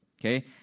Okay